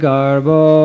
Garbo